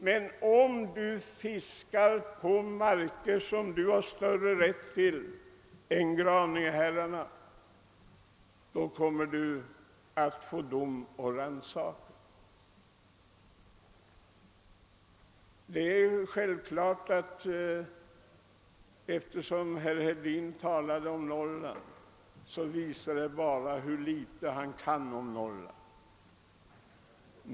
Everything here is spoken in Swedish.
Men om du fiskar på marker som du har större rätt till än Graningeherrarna, kommer det att bli dom och rannsakning! Herr Hedin talade om Norrland, men det han sade visar bara hur litet han känner till om Norrland.